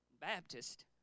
Baptist